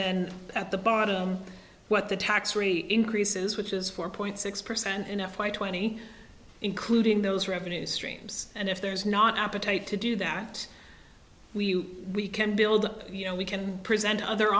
then at the bottom what the tax rate increases which is four point six percent in f y twenty including those revenue streams and if there's not an appetite to do that we we can build you know we can present other